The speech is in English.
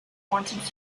wanted